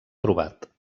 trobat